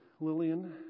Lillian